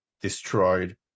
destroyed